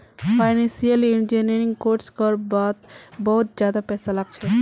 financial engineering course कर वात बहुत ज्यादा पैसा लाग छे